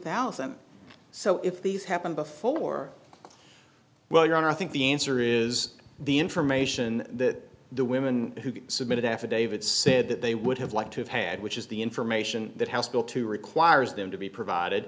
thousand so if these happened before well your honor i think the answer is the information that the women who submitted affidavits said that they would have liked to have had which is the information that house bill two requires them to be provided